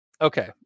Okay